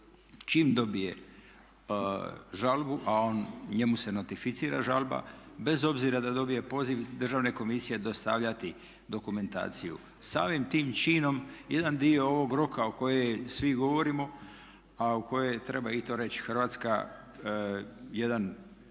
čim dobije žalbu a njemu se nostrificira žalba, bez obzira da dobije poziv Državne komisije dostavljati dokumentaciju. Samim tim činom jedna dio ovog roka o kojem svi govorimo a u koje treba i to reći Hrvatska je